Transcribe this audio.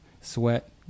sweat